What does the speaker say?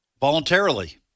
voluntarily